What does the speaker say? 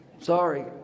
Sorry